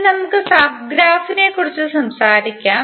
ഇനി നമുക്ക് subgraph നെക്കുറിച്ച് സംസാരിക്കാം